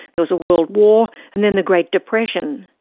there was a world war and then the great depression.